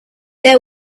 there